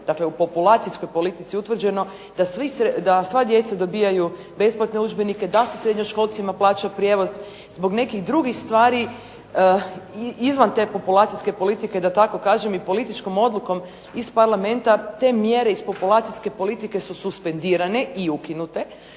dakle u populacijskoj politici utvrđeno da sva djeca dobijaju besplatne udžbenike, da se srednjoškolcima plaća prijevoz zbog nekih drugih stvari i izvan te populacijske politike da tako kažem i političkom odlukom iz Parlamenta, te mjere iz populacijske politike su suspendirane i ukinute,